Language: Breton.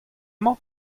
mañ